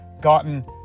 gotten